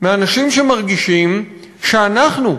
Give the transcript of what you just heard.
מאנשים שמרגישים שאנחנו,